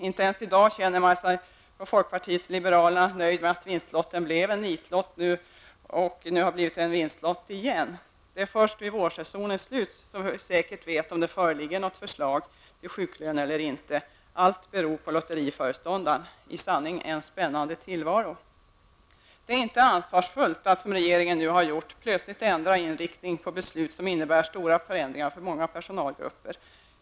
Inte ens i dag känner man sig från folkpartiet liberalerna nöjda med att vinstlotten som blev en nitlott har återigen blivit en vinstlott. Det är först vid vårsessionens slut som vi säkert vet om det föreligger något förslag till sjuklön eller inte. Allt beror på lotteriföreståndaren. Det är i sanning en spännande tillvaro. Det är inte ansvarsfullt att, som regeringen nu gjort, plötsligt ändra inriktning när det gäller beslut som innebär stora förändringar för många personalgrupper.